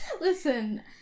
Listen